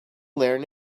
learn